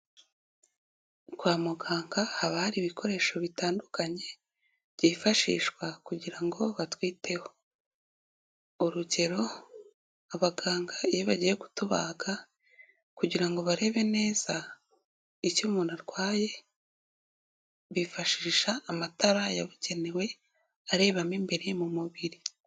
Kwa muganga haba hari ibikoresho bitandukanye, byifashishwa kugira ngo batwiteho. Urugero, abaganga iyo bagiye kutubaga, kugira ngo barebe neza, icyo umuntu arwaye, bifashisha amatara yabugenewe, barebamo imbere mu mubiri.